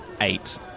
eight